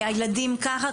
הילדים ככה.